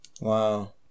Wow